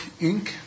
Inc